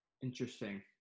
Interesting